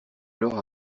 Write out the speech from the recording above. lors